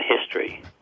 history